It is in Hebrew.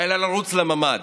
אלא לרוץ לממ"ד.